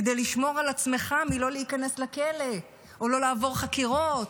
כדי לשמור על עצמך לא להיכנס לכלא או לא לעבור חקירות.